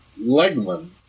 Legman